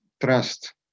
trust